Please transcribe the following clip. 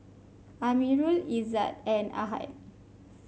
Amirul Izzat and Ahad